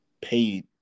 paid